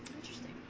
interesting